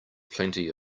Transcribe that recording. plenty